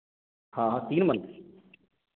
हाँ हाँ तीन मंथ